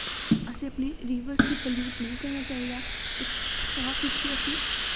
असैं अपने रिवरस गी प्लयूट नेंई करना चाही दा ई साफ सुथरी असें